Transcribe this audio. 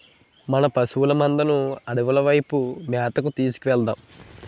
మన పశువుల మందను అడవుల వైపు మేతకు తీసుకు వెలదాం